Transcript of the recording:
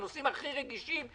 הנושאים הכי רגישים,